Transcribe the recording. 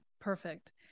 perfect